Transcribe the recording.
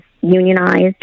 unionized